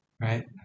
right